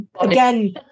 again